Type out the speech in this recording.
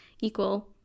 equal